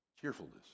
Cheerfulness